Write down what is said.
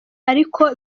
ariko